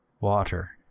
Water